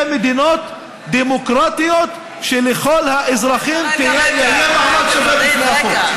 מדינות דמוקרטיות שלכל האזרחים יהיה מעמד שווה בפני החוק.